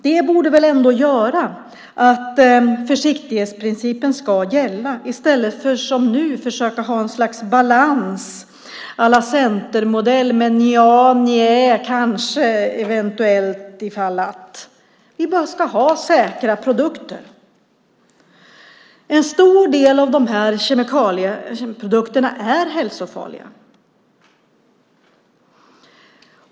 Det borde väl ändå göra att försiktighetsprincipen ska gälla i stället för som nu försöka ha ett slags balans à la Centermodell med nja, njä, kanske, eventuellt, ifall att. Vi ska ha säkra produkter. En stor del av de här kemiska produkterna är hälsofarliga.